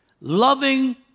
Loving